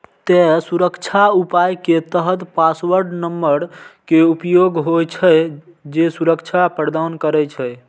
तें सुरक्षा उपाय के तहत पासवर्ड नंबर के उपयोग होइ छै, जे सुरक्षा प्रदान करै छै